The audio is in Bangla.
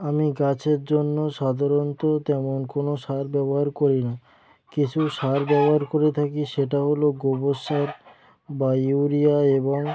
আমি গাছের জন্য সাধারণত তেমন কোনো সার ব্যবহার করি না কিছু সার ব্যবহার করে থাকি সেটা হলো গোবর সার বা ইউরিয়া এবং